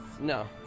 No